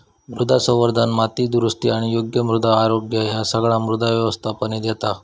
मृदा संवर्धन, माती दुरुस्ती आणि योग्य मृदा आरोग्य ह्या सगळा मृदा व्यवस्थापनेत येता